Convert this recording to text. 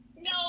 No